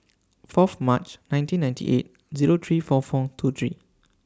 Fourth March nineteen ninety eight Zero three four four two three